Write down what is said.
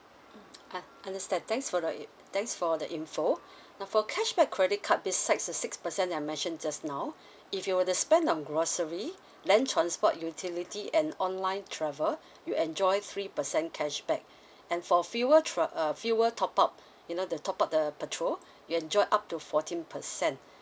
mm ah understand thanks for the in uh thanks for the info now for cashback credit card besides a six percent that I mentioned just now if you were to spend on grocery land transport utility and online travel you enjoy three percent cashback and for fuel top uh fuel top up you know the top up the petrol you enjoy up to fourteen percent